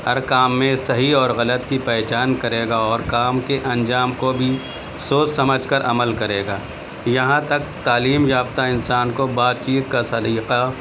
ہر کام میں صحیح اور غلط کی پہچان کرے گا اور کام کے انجام کو بھی سوچ سمجھ کر عمل کرے گا یہاں تک تعلیم یافتہ انسان کو بات چیت کا سلیقہ